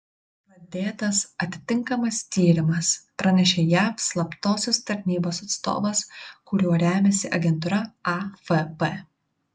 pradėtas atitinkamas tyrimas pranešė jav slaptosios tarnybos atstovas kuriuo remiasi agentūra afp